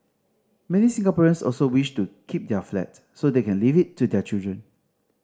many Singaporeans also wish to keep their flat so they can leave it to their children